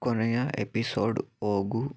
ಕೊನೆಯ ಎಪಿಸೋಡ್ ಹೋಗು